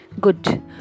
Good